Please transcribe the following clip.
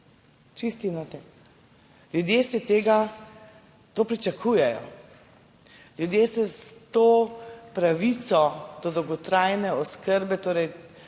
Čisti nateg. Ljudje se tega..., to pričakujejo, ljudje se s to pravico do dolgotrajne oskrbe, torej